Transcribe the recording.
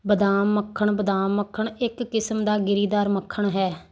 ਬਦਾਮ ਮੱਖਣ ਬਦਾਮ ਮੱਖਣ ਇੱਕ ਕਿਸਮ ਦਾ ਗਿਰੀਦਾਰ ਮੱਖਣ ਹੈ